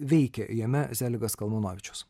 veikė jame zeligas kalmanovičius